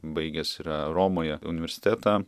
baigęs yra romoje universitetą